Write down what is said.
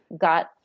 got